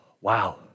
wow